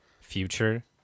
future